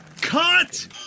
Cut